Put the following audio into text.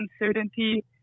uncertainty